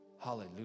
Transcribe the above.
Hallelujah